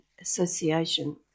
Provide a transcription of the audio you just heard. Association